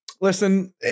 Listen